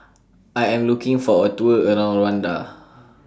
I Am looking For A Tour around Rwanda